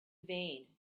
vain